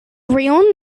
real